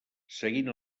seguint